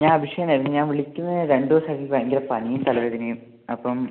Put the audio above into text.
ഞാൻ അഭിഷേക് ആയിരുന്നു ഞാൻ വിളിക്കുന്നത് രണ്ട് ദിവസമായിട്ട് എനിക്ക് ഭയങ്കര പനിയും തലവേദനയും അപ്പം